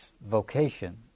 vocation